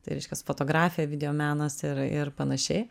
tai reiškias fotografija videomenas ir ir panašiai